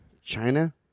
China